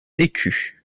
écus